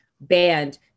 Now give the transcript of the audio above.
banned